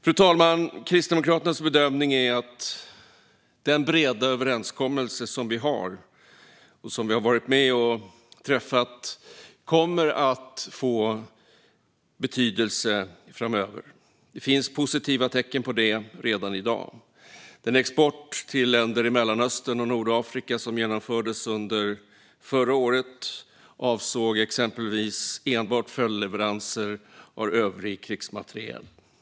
Fru talman! Kristdemokraternas bedömning är att den breda överenskommelse som vi har varit med och träffat kommer att få betydelse framöver. Det finns positiva tecken på det redan i dag. Den export till länder i Mellanöstern och Nordafrika som genomfördes under förra året avsåg exempelvis enbart följdleveranser av övrig krigsmateriel.